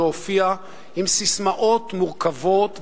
להופיע עם ססמאות מורכבות,